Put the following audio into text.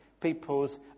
people's